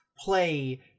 play